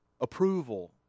approval